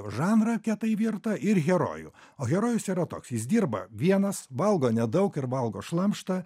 žanrą kietai virtą ir herojų o herojus yra toks jis dirba vienas valgo nedaug ir valgo šlamštą